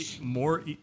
more